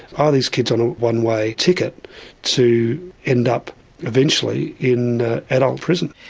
are these kids on a one-way ticket to end up eventually in adult prison?